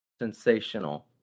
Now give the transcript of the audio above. sensational